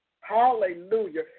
Hallelujah